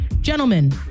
gentlemen